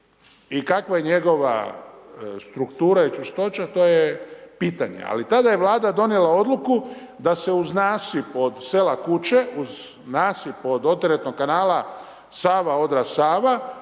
i kakva je njegova struktura i čvrstoća, to je pitanje. Ali tada je Vlada donijela odluku, da se uz nasip od sela Kuče uz nasip od oteretnog kanala Sava-Odra-Sava